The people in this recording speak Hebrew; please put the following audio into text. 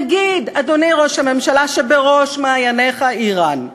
נגיד, אדוני ראש הממשלה, שבראש מעייניך איראן,